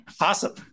Awesome